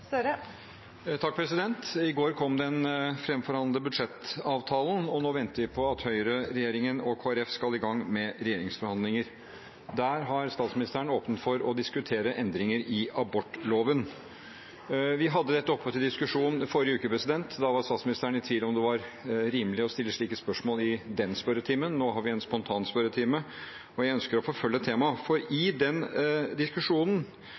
Støre. I går kom den framforhandlede budsjettavtalen, og nå venter vi på at høyreregjeringen og Kristelig Folkeparti skal i gang med regjeringsforhandlinger. Der har statsministeren åpnet for å diskutere endringer i abortloven. Vi hadde dette oppe til diskusjon i forrige uke. Da var statsministeren i tvil om det var rimelig å stille slike spørsmål i den spørretimen. Nå har vi en spontanspørretime, og jeg ønsker å forfølge temaet. I diskusjonen